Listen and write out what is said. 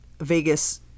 Vegas